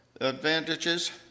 advantages